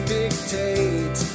dictate